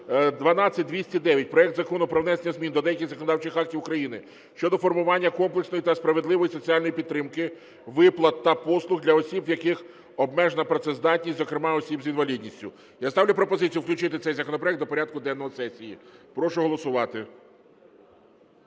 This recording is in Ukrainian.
12209: проект Закону про внесення змін до деяких законодавчих актів України щодо формування комплексної та справедливої соціальної підтримки (виплат та послуг) для осіб, в яких обмежена працездатність, зокрема осіб з інвалідністю. Я ставлю пропозицію включити цей законопроект до порядку денного сесії. Прошу голосувати.